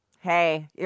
Hey